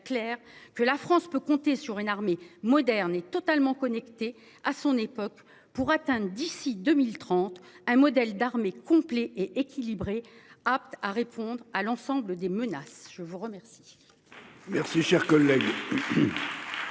que la France peut compter sur une armée moderne et totalement connecté à son époque pour atteinte d'ici 2030, un modèle d'armée complet et équilibré apte à répondre à l'ensemble des menaces. Je vous remercie.